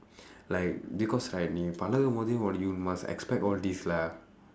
like because right நீ பழகும்போதே:nii pazhakumpoothee [what] you must expect all this lah